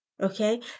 okay